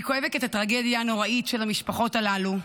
אני כואבת את הטרגדיה הנוראית של המשפחות הללו.